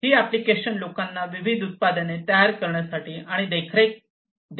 ही applications लोकांना विविध उत्पादने तयार करण्यासाठी आणि देखरेखीसाठी समर्थन देतात